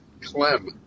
Clem